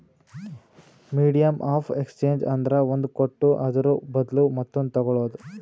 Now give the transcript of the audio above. medium of exchange ಅಂದ್ರ ಒಂದ್ ಕೊಟ್ಟು ಅದುರ ಬದ್ಲು ಮತ್ತೊಂದು ತಗೋಳದ್